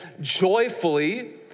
joyfully